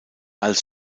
als